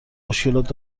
مشکلات